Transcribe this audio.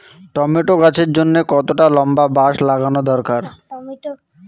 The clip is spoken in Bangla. টমেটো গাছের জন্যে কতটা লম্বা বাস লাগানো দরকার?